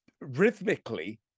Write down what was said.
rhythmically